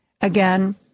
Again